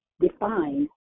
defined